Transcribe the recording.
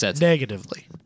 negatively